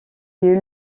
est